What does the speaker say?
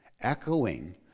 echoing